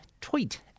tweet